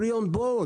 Free on Board.